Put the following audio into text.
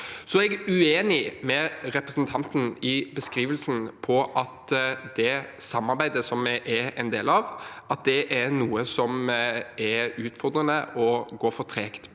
Jeg er uenig med representanten i beskrivelsen av at det samarbeidet vi er en del av, er noe som er utfordrende og går for tregt.